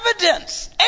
evidence